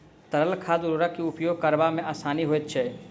तरल खाद उर्वरक के उपयोग करबा मे आसानी होइत छै